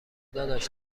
داداش